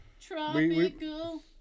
Tropical